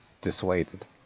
dissuaded